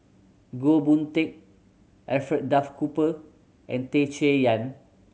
Goh Boon Teck Alfred Duff Cooper and Tei Chay Yan